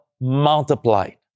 multiplied